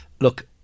Look